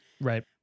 right